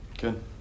Good